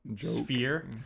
Sphere